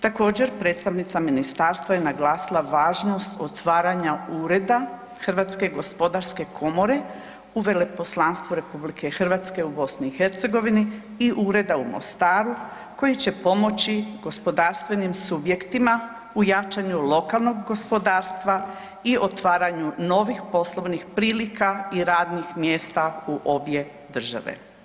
Također predstavnica ministarstva je naglasila važnost otvaranja Ureda HGK u Veleposlanstvu RH u BiH i Ureda u Mostaru koji će pomoći gospodarstvenim subjektima u jačanju lokalnog gospodarstva i otvaranju novih poslovnih prilika i radnih mjesta u obje države.